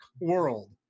world